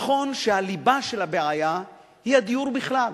נכון שהליבה של הבעיה היא הדיור בכלל.